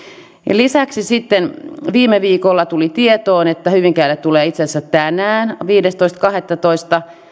lisäksi sitten viime viikolla tuli tietoon että hyvinkäälle tulee itse asiassa tänään viidestoista kahdettatoista